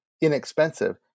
inexpensive